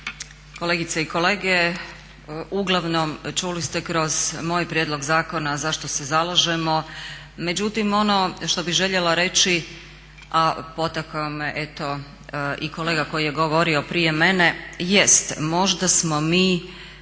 Kolegice i kolege uglavnom čuli ste kroz moj prijedlog zakona za što se zalažemo, međutim ono što bih željela reći a potaknuo me eto i kolega koji je govorio prije mene jest možda smo mi